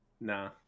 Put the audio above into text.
Nah